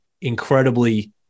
incredibly